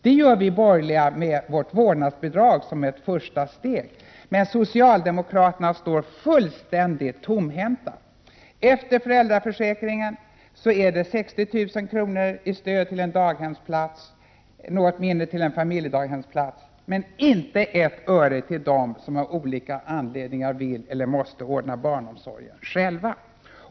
Det gör vi borgerliga som ett första steg med vårt förslag till vårdnadsbidrag. Men socialdemokraterna står fullständigt tomhänta. Efter föräldraförsäkringen ger socialdemokraterna 60 000 kr. i stöd till en daghemsplats, något mindre till en familjedaghemsplats, men inte ett öre till dem som av olika anledningar vill eller måste ordna barnomsorgen själva.